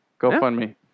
GoFundMe